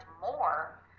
more